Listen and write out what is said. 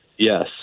Yes